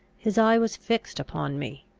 his eye was fixed upon me.